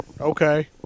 okay